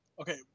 Okay